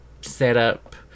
setup